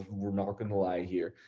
we're not gonna lie here.